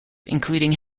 including